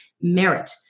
merit